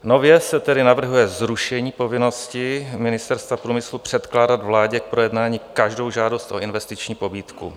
Nově se tedy navrhuje zrušení povinnosti Ministerstva průmyslu předkládat vládě k projednání každou žádost o investiční pobídku.